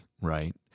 right